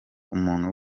umuntu